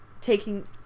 taking